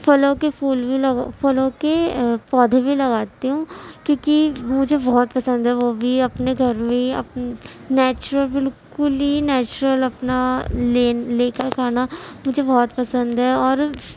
پھلوں کے پھول بھی پھلوں کے پودے بھی لگاتی ہوں کیونکہ مجھے بہت پسند ہے وہ بھی اپنے گھر میں بھی اپنے نیچرل بالکل ہی نیچرل اپنا لین لے کر کھانا مجھے بہت پسند ہے اور